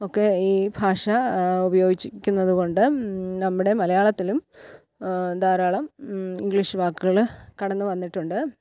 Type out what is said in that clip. ഒക്കെ ഈ ഭാഷ ഉപയോഗിച്ചിരിക്കുന്നതു കൊണ്ട് നമ്മുടെ മലയാളത്തിലും ധാരാളം ഇംഗ്ലീഷ് വാക്കുകൾ കടന്നുവന്നിട്ടുണ്ട്